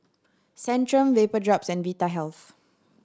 Centrum Vapodrops and Vitahealth